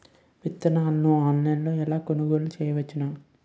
విత్తనాలను ఆన్లైన్లో ఎలా కొనుగోలు చేయవచ్చున?